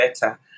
better